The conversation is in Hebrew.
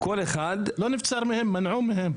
לא נבצר מהם - מנעו מהם.